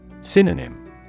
Synonym